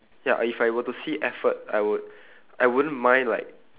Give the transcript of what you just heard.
ya if I were to see effort I would I wouldn't mind like